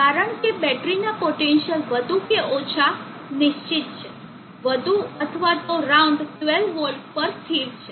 કારણ કે બેટરીના પોટેન્સીઅલ વધુ કે ઓછા નિશ્ચિત છે વધુ અથવા તો રાઉન્ડ 12 વોલ્ટ પર સ્થિર છે